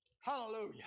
Hallelujah